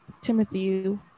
timothy